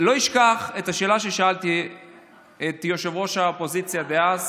לא אשכח את השאלה ששאלתי את ראש האופוזיציה דאז